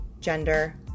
gender